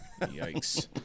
Yikes